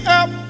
up